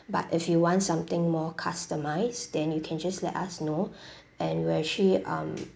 but if you want something more customised then you can just let us know and we'll actually um